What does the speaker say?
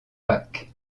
pâques